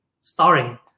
starring